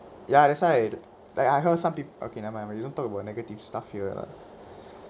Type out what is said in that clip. ya that's why like I heard some peop~ okay never mind we don't talk about negative stuff here ah